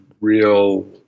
real